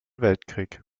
weltkrieg